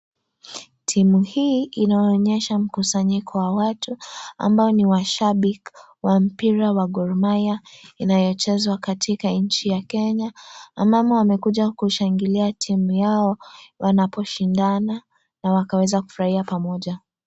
Timu hii inaonyesha mkusanyiko wa watu ambao ni washabiki wa mpira wa Gormahia inayochezwa katika nchi ya Kenya. Wamama wamekuja kushangilia timu yao wanapo shindana na kufurahia pamoja.